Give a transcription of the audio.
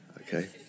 okay